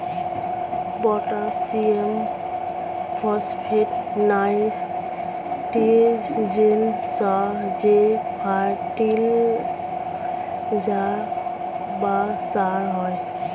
potassium, phosphate, nitrogen সহ যে fertiliser বা সার হয়